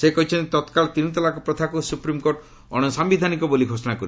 ସେ କହିଛନ୍ତି ତତ୍କାଳ ତିନି ତଲାକ ପ୍ରଥାକୁ ସୁପ୍ରିମ୍କୋର୍ଟ ଅଣସାୟିଧାନିକ ବୋଲି ଘୋଷଣା କରିଛନ୍ତି